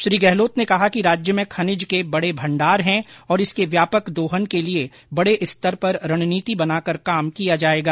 श्री गहलोत ने कहा कि राज्य में खनिज के बड़े भंडार हैं और इसके व्यापक दोहन के लिए बडे स्तर पर रणनीति बनाकर काम किया जाएगा